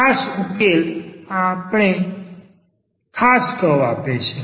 ખાસ ઉકેલ આપો ને ખાસ કર્વ આપે છે